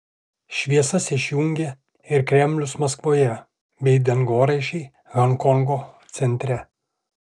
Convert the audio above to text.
šviesas išjungė ir kremlius maskvoje bei dangoraižiai honkongo centre